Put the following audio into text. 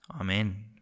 Amen